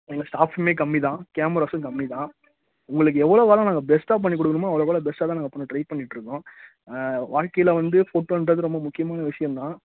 எங்கள் ஸ்டாஃப்ஸுமே கம்மி தான் கேமராஸும் கம்மி தான் உங்களுக்கு எவ்வளோக்கு எவ்வளோ நாங்கள் பெஸ்ட்டாக பண்ணிக் கொடுக்கணுமோ அவ்வளோக்கு அவ்வளோ பெஸ்ட்டாக தான் நாங்கள் பண்ண ட்ரை பண்ணிகிட்ருக்கோம் வாழ்க்கையில் வந்து ஃபோட்டோங்றது ரொம்ப முக்கியமான விஷயம் தான்